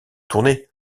tournée